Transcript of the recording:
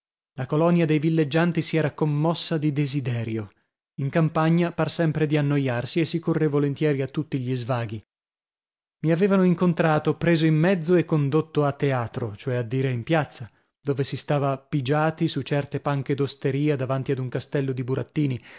la colonia dei villeggianti si era commossa di desiderio in campagna par sempre di annoiarsi e si corre volentieri a tutti gli svaghi mi avevano incontrato preso in mezzo e condotto a teatro cioè a dire in piazza dove si stava pigiati su certe panche d'osteria davanti ad un castello di burattini